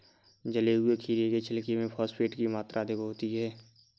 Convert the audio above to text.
जले हुए खीरे के छिलके में फॉस्फेट की मात्रा अधिक होती है